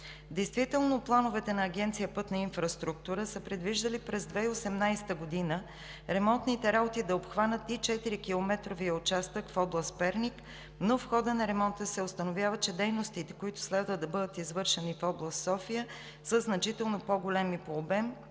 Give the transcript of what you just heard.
Действително плановете на Агенция „Пътна инфраструктура“ са предвиждали през 2018 г. ремонтните работи да обхванат и четирикилометровия участък в област Перник, но в хода на ремонта се установява, че дейностите, които следва да бъдат извършени в област София, са значително по-големи по обем